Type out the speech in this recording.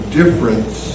difference